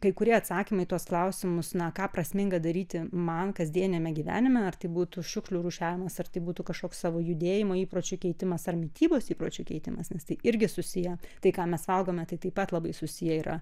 kai kurie atsakymai į tuos klausimus na ką prasminga daryti man kasdieniame gyvenime ar tai būtų šiukšlių rūšiavimas ar tai būtų kažkoks savo judėjimo įpročių keitimas ar mitybos įpročių keitimas nes tai irgi susiję tai ką mes valgome tai taip pat labai susiję yra